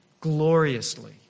gloriously